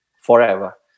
forever